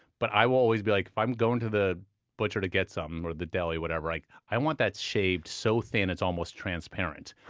but i will always be like, if i'm going to the butcher to get some, or the deli, like i want that shaved so thin it's almost transparent,